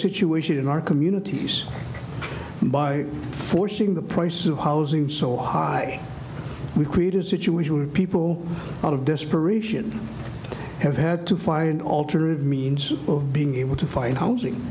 situation in our communities by forcing the price of housing so high we create a situation where people out of desperation have had to find alternate means of being able to find housing